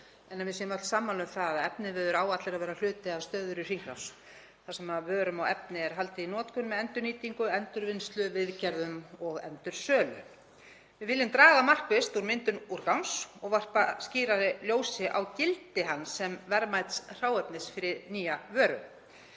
að við séum öll sammála um það að efniviður á að vera hluti af stöðugri hringrás þar sem vörum og efni er haldið í notkun með endurnýtingu, endurvinnslu, viðgerðum og endursölu. Við viljum draga markvisst úr myndun úrgangs og varpa skýrara ljósi á gildi hans sem verðmæts hráefnis fyrir nýja vöru.